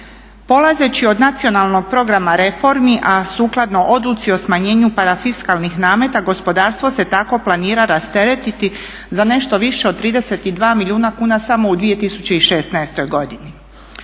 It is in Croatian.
Polazeći od Nacionalnog programa reformi a sukladno Odluci o smanjenju parafiskalnih nameta gospodarstvo se tako planira rasteretiti za nešto više od 32 milijuna kuna samo u 2016. godini.